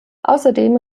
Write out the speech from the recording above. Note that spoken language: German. außerdem